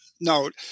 note